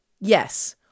yes